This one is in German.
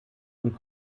und